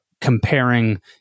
comparing